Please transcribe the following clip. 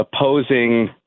opposing